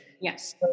Yes